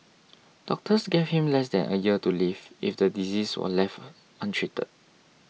doctors gave him less than a year to live if the disease was left untreated